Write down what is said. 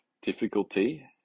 difficulty